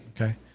Okay